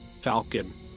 falcon